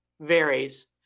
varies